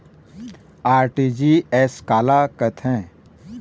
RTGS काला कथें?